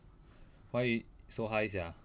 why so high sia